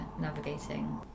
navigating